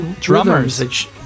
Drummers